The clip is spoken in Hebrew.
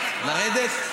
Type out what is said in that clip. לרדת?